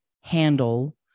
handle